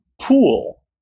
pool